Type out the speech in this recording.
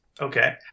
Okay